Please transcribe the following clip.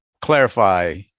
clarify